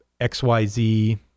XYZ